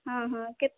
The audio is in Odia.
ହଁ ହଁ କେତେ